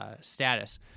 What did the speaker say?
status